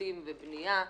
שיפוצים בבנייה,